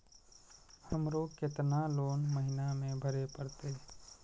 हमरो केतना लोन महीना में भरे परतें?